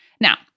Now